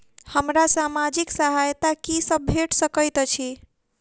हमरा सामाजिक सहायता की सब भेट सकैत अछि?